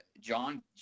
John